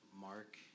Mark